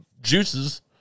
juices